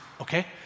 okay